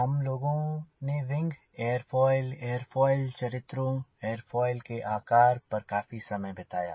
हम लोगों ने विंग एरोफॉइल एरोफॉइल चरित्रों एरोफॉइल के आकार पर काफी समय बिताया